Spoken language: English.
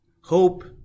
Hope